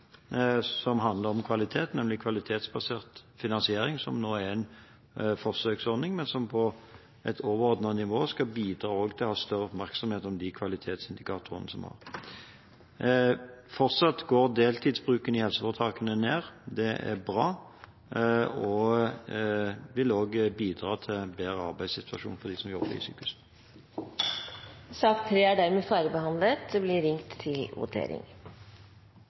som handler om kvalitet, nemlig kvalitetsbasert finansiering, som nå er en forsøksordning, men som på et overordnet nivå skal bidra til større oppmerksomhet om de kvalitetsindikatorene vi har. Fortsatt går deltidsbruken i helseforetakene ned. Det er bra og vil også bidra til en bedre arbeidssituasjon for dem som jobber i sykehusene. Sak nr. 3 er dermed ferdigbehandlet. Etter at det var ringt til votering,